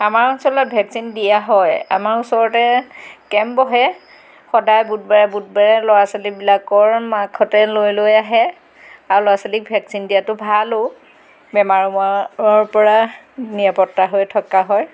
আমাৰ অঞ্চলত ভেকচিন দিয়া হয় আমাৰ ওচৰতে কেম্প বহে সদায় বুধবাৰে বুধবাৰে ল'ৰা ছোৱালীবিলাকৰ মাকহঁতে লৈ লৈ আহে আৰু ল'ৰা ছোৱালীক ভেকচিন দিয়াটো ভালো বেমাৰ মোমাৰৰপৰা নিৰাপত্তা হৈ থকা হয়